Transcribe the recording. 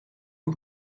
een